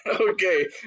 Okay